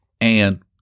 And